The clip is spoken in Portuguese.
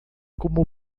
como